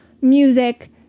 music